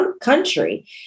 country